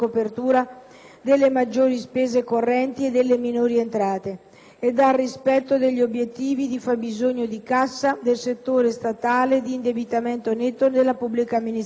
delle maggiori spese correnti e delle minori entrate e dal rispetto degli obiettivi di fabbisogno di cassa del settore statale e di indebitamento netto della pubblica amministrazione.